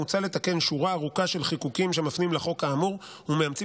מוצע לתקן שורה ארוכה של חיקוקים שמפנים לחוק כאמור ומאמצים